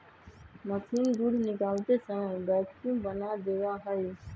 machine दूध निकालते समय वैक्यूम बना देवा हई